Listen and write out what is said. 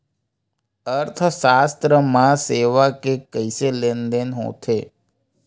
अर्थशास्त्र मा सेवा के कइसे लेनदेन होथे?